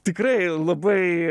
tikrai labai